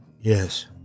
yes